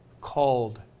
called